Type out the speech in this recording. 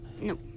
No